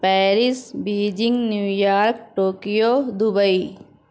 Paris Beijing New York Tokyo Dubai